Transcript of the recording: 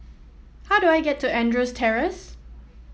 how do I get to Andrews Terrace